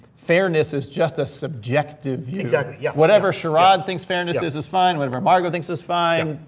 fairness is just a subjective. exactly, yeah. whatever sharad thinks fairness, this is fine. whatever margot thinks is fine.